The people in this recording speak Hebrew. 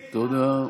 תודה.